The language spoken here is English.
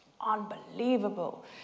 unbelievable